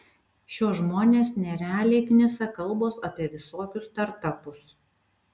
šiuos žmones nerealiai knisa kalbos apie visokius startapus